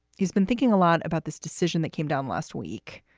he's been thinking a lot about this decision that came down last week.